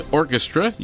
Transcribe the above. orchestra